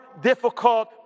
difficult